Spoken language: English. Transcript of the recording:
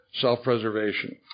self-preservation